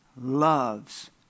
loves